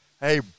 Hey